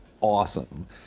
awesome